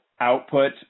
output